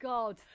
God